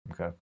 Okay